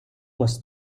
was